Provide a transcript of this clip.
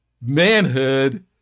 manhood